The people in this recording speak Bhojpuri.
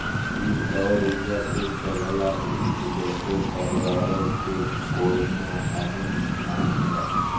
इ सौर उर्जा से चलला जेसे पर्यावरण के कउनो हानि नाही होला